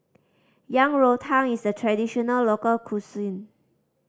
Yang Rou Tang is a traditional local cuisine